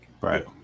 Right